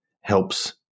helps